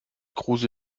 kruse